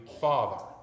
Father